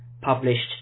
published